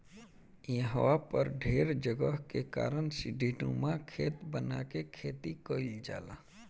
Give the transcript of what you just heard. इहवा पर ढेर जगह के कारण सीढ़ीनुमा खेत बना के खेती कईल जाला